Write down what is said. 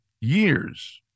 years